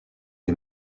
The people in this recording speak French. les